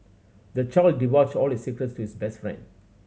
the child divulged all his secrets to his best friend